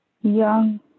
young